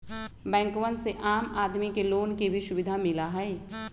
बैंकवन से आम आदमी के लोन के भी सुविधा मिला हई